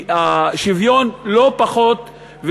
השוויון לא פחות חשוב.